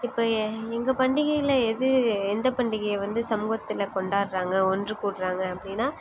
இப்போ எ எங்கள் பண்டிகையில் எது எந்த பண்டிகையை வந்து சமூகத்தில் கொண்டாடுறாங்க ஒன்று கூடறாங்க அப்படின்னா